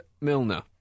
Milner